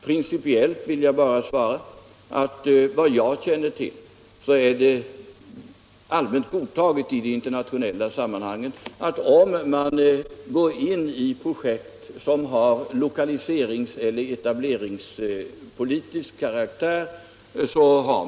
Principiellt vill jag bara svara att såvitt jag känner till är det allmänt godtaget i de internationella sammanhangen att man från regeringarnas sida går in i projekt som har lokaliseringseller etableringspolitisk karaktär.